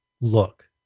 look